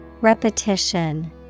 Repetition